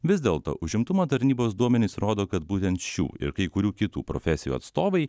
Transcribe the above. vis dėlto užimtumo tarnybos duomenys rodo kad būtent šių ir kai kurių kitų profesijų atstovai